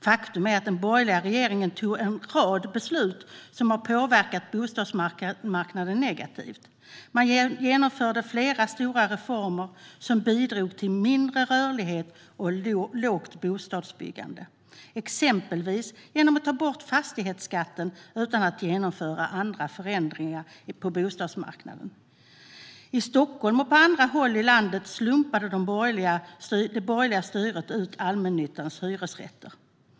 Faktum är att den borgerliga regeringen fattade en rad beslut som har påverkat bostadsmarknaden negativt. Man genomförde flera stora reformer som bidrog till mindre rörlighet och lågt bostadsbyggande. Exempelvis tog man bort fastighetsskatten utan att genomföra andra förändringar på bostadsmarknaden. I Stockholm och på andra håll i landet slumpade det borgerliga styret ut allmännyttans hyresrätter.